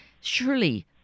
surely